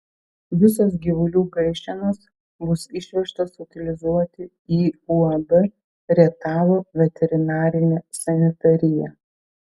visos gyvulių gaišenos bus išvežtos utilizuoti į uab rietavo veterinarinė sanitarija